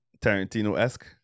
Tarantino-esque